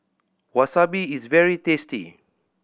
wasabi is very tasty